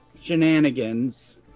shenanigans